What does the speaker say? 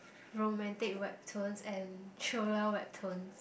romantic webtoons and thriller webtoons